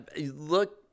Look